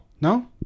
no